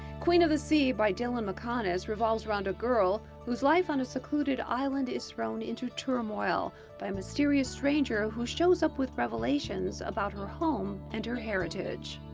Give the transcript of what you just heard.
queen of the sea by dylan meconis revolves around a girl whose life on a secluded island is thrown into turmoil by a mysterious stranger who shows up with revelations about her home and her heritage.